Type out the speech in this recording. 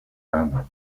rana